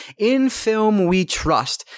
InFilmWeTrust